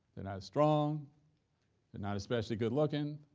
and as strong, they're not especially good looking,